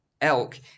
elk